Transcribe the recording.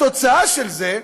התוצאה של זה: